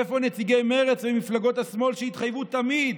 איפה נציגי מרצ ומפלגות השמאל, שהתחייבו תמיד